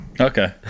Okay